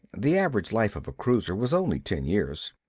the average life of a cruiser was only ten years.